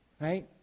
right